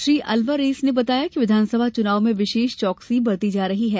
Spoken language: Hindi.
श्री अल्वारेस ने बताया कि विधानसभा चुनाव में विशेष चौकसी बरती जा रही है